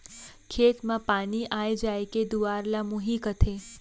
खेत म पानी आय जाय के दुवार ल मुंही कथें